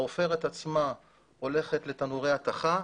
העופרת עצמה הולכת תנורי התכה.